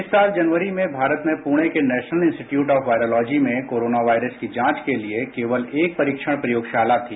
इस साल जनवरी में भारत ने पूणे के नेशनलइंस्टीटच्चूट ऑफ वायरोलॉजी में कोरोना वायरस की जांच के लिए केवल एक परीक्रण प्रयोगशालाथी